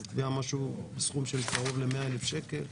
זו תביעה בסכום של קרוב ל-100,000 שקלים.